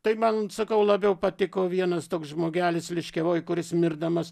tai man sakau labiau patiko vienas toks žmogelis liškiavoj kuris mirdamas